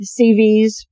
CVs